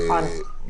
נכון.